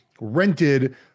rented